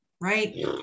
right